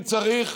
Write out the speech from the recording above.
אם צריך,